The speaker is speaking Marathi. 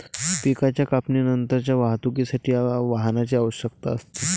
पिकाच्या कापणीनंतरच्या वाहतुकीसाठी वाहनाची आवश्यकता असते